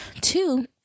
Two